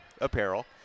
apparel